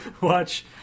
Watch